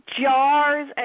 jars